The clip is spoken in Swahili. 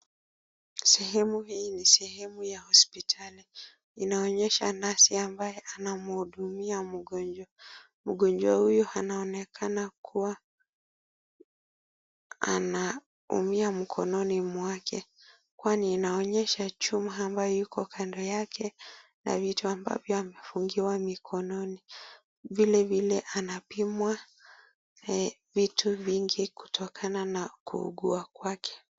Sehemu hii ni sehemu ya hospitali. Inaonyesha nesi ambaye anamhudumia mgonjwa. Mgonjwa huyu anaonekana kuwa anaumia mkononi mwake kwani inaonyesha chuma ambayo iko kando yake na vitu ambavyo amefungiwa mikononi. Vile vile anapimwa vitu vingi kutokana na kuugua kwake.